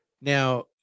Now